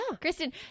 Kristen